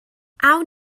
awn